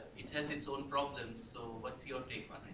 it has its own problems. so, what's your take on